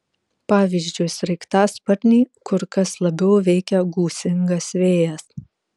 pavyzdžiui sraigtasparnį kur kas labiau veikia gūsingas vėjas